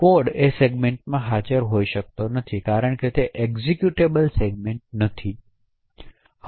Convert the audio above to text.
code તે સેગમેન્ટમાં હાજર હોઈ શકતો નથી કારણ કે તે એક્ઝેક્યુટેબલ સેગમેન્ટ નથી